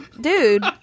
dude